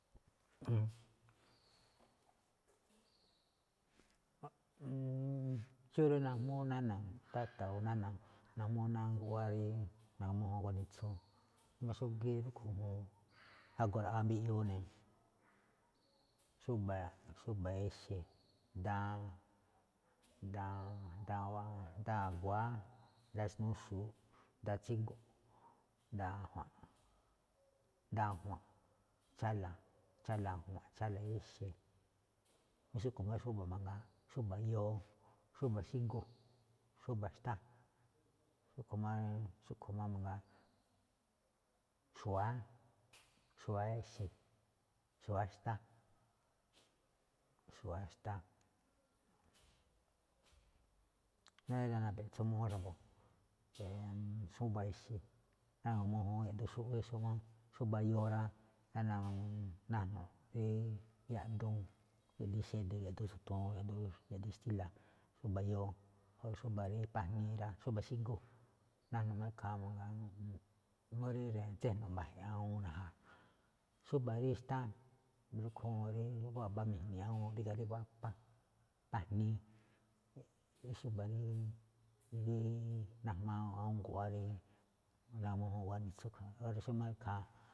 xó rí najmúú táta̱ o nána̱ najmúú ná awúun guꞌwá rí na̱gu̱ma mújúun ganitsu, jngó xúgíí rúꞌkhue̱n ñajuun jago̱ ra̱ꞌa mbiꞌyuu ne̱, xúba̱ exe̱, daan, daan, daan a̱gua̱á, daan xnuxu̱u̱ꞌ, daan tsígo̱nꞌ, daan ajua̱nꞌ, daan ajua̱nꞌ, chála̱, chála̱ ajua̱nꞌ, chála̱ ixe̱. Xúꞌkhue̱n máꞌ xúba̱ mangaa, xúba̱ yoo, xúba̱ xígu, xúba̱ xtá. xúꞌkhue̱n máꞌ mangaa xu̱wa̱á, xu̱wa̱á ixe̱, xu̱wa̱á xtá, xu̱wa̱á xtá, xu̱wa̱á xtá. Ná rí napeꞌtso muꞌúún xa̱bo̱, xúba̱ ixe̱, ná na̱gu̱ma mújúun yaꞌduun xúꞌwí, xómáꞌ xúba̱ yoo rá, ná najno̱ꞌ rí yaꞌduun, yaꞌdiin xede̱, yadiin tso̱toon, yaꞌdiin xtíla̱, xúba̱ yoo. Xómáꞌ xúba̱ rí pajni̱i̱ꞌ rá, xúba̱ xígu, najno̱ꞌ ikhaa, n uu rí tse̱jno̱ꞌ mba̱je̱ awúun ne̱ ja, xúba̱ rí xtá rúꞌkhue̱n ñajuun rí waba mi̱jne̱e̱ awúun ríga̱ ri wapa, pajni̱ín, xúba̱ rí najmaa awúun guꞌwáá rí ganitsu a̱ꞌkhue̱n. Óra̱ xómáꞌ rí ikhaa.